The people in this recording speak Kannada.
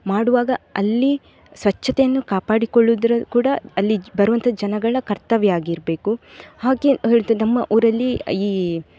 ಮಾಡುವಾಗ ಅಲ್ಲಿ ಸ್ವಚ್ಛತೆಯನ್ನು ಕಾಪಾಡಿಕೊಳ್ಳುವುದ್ರ ಕೂಡ ಅಲ್ಲಿ ಬರುವಂಥ ಜನಗಳ ಕರ್ತವ್ಯ ಆಗಿರ್ಬೇಕು ಹಾಗೆ ಹೇಳೋದ್ ನಮ್ಮ ಊರಲ್ಲಿ ಈ